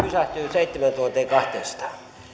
seitsemääntuhanteenkahteensataan